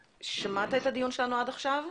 שמעת את הדיון שלנו עד עכשיו?